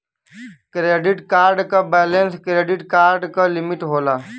credit card क balance credit card क limit होला